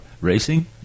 racing